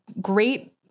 great